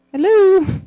Hello